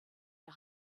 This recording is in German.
der